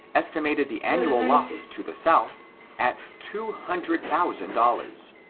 estimated the annual loss to the south at two hundred thousand dollars,